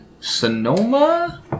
Sonoma